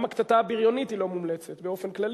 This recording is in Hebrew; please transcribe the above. גם הקטטה הבריונית לא מומלצת באופן כללי.